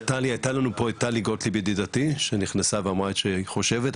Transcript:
הייתה לנו את טלי גוטליב ידידתי שנכנסה במועד שהיא חושבת,